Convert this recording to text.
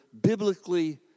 biblically